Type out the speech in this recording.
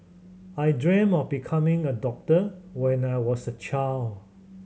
I dreamt of becoming a doctor when I was a child